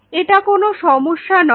এটা কোন সমস্যা নয়